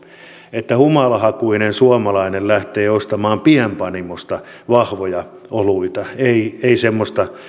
että humalahakuinen suomalainen lähtee ostamaan pienpanimosta vahvoja oluita ei ei semmoista